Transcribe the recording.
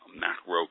macro